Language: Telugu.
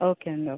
ఓకే అండి ఓకే